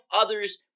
others